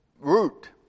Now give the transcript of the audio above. root